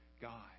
God